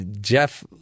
Jeff